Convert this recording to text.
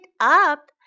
up